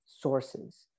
sources